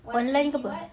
one line ke [pe]